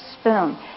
spoon